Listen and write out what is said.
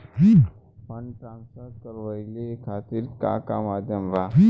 Fund transfer करवाये खातीर का का माध्यम बा?